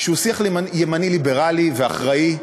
שהוא שיח ימני ליברלי ואחראי,